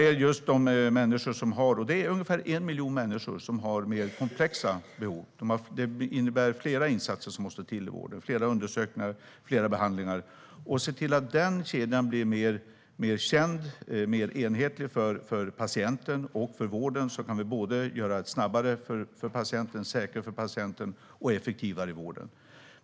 För det andra har ungefär 1 miljon människor mer komplexa behov. Det innebär fler insatser som måste till i vården, fler undersökningar och behandlingar. Den kedjan måste bli mer känd och enhetlig för patienten och för vården. Då kan vården bli säkrare för patienten och effektivare.